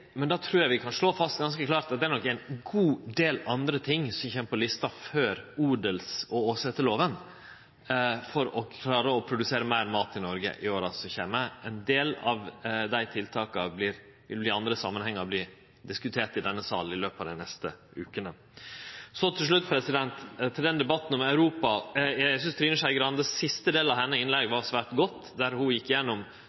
men ikkje like avgjerande. Å produsere meir mat er viktig, men eg trur vi kan slå fast ganske klart at det er nok ein god del andre ting på lista før odels- og åseteslova for å greie å produsere meir mat i Noreg i åra som kjem. Ein del av dei tiltaka vert diskuterte i andre samanhengar i denne salen i løpet av dei neste vekene. Til slutt til debatten om Europa. Eg synest den siste delen av